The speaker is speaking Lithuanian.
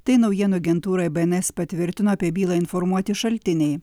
tai naujienų agentūrai b n s patvirtino apie bylą informuoti šaltiniai